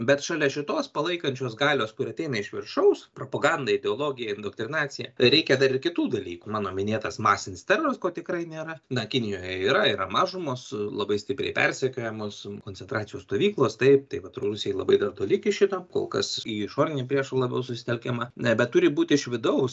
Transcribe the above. bet šalia šitos palaikančios galios kur ateina iš viršaus propaganda ideologija indoktrinacija reikia dar ir kitų dalykų mano minėtas masinis teroras ko tikrai nėra na kinijoje yra yra mažumos labai stipriai persekiojamos koncentracijos stovyklos taip tai vat rusijai labai dar toli iki šito kol kas į išorinį priešą labiau susitelkiama na bet turi būti iš vidaus